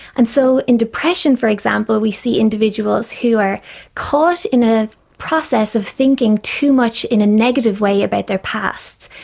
and so in depression for example we see individuals who are caught in a process of thinking too much in a negative way about their past,